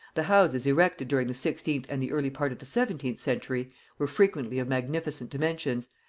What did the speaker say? the houses erected during the sixteenth and the early part of the seventeenth century were frequently of magnificent dimensions,